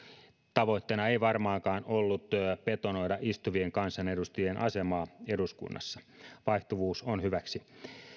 tavoitteena ei varmaankaan ollut betonoida istuvien kansanedustajien asemaa eduskunnassa vaihtuvuus on hyväksi